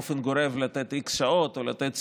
באופן גורף לתת x שעות או לתת ציונים.